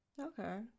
okay